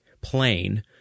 plain